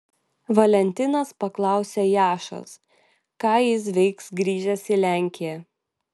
valentinas paklausė jašos ką jis veiks grįžęs į lenkiją